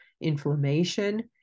inflammation